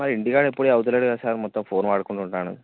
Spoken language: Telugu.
మరి ఇంటికాడ ఎప్పుడు చదవుటలేడు కద సార్ మొత్తం ఫోన్ వాడుకుంటూ ఉంటున్నాడు